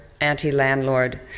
anti-landlord